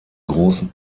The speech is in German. großen